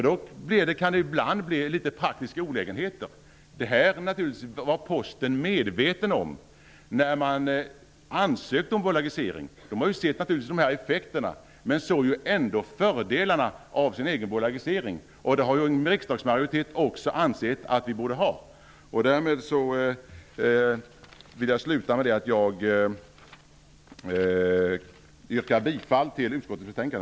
Då kan det ibland uppstå några praktiska olägenheter. Det var Posten naturligtvis medveten om när de ansökte om bolagisering. De har sett dessa effekter, men de såg ändå fördelarna med bolagiseringen. En riksdagsmajoritet har ju också ansett att vi borde genomföra den. Fru talman! Jag vill sluta med att yrka bifall till hemställan i utskottets betänkande.